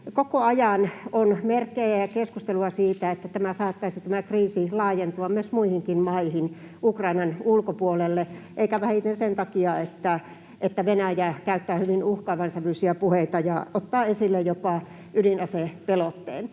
koko ajan on merkkejä ja keskustelua siitä, että tämä kriisi saattaisi laajentua myös muihinkin maihin, Ukrainan ulkopuolelle — eikä vähiten sen takia, että Venäjä käyttää hyvin uhkaavan sävyisiä puheita ja ottaa esille jopa ydinasepelotteen.